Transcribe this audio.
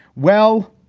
well,